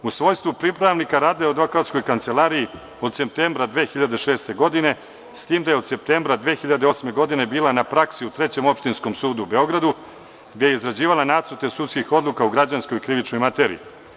U svojstvu pripravnika radila je u advokatskoj kancelariji od septembra 2006. godine, s tim da je od septembra 2008. godine bila na praksi u Trećem opštinskom sudu u Beogradu, gde je izrađivala nacrte sudskih odluka u građanskoj i krivičnoj materiji.